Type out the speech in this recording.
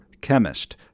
Chemist